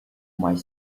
might